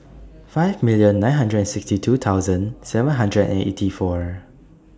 five million nine hundred and sixty two thousand seven hundred and eighty four